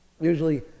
Usually